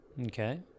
Okay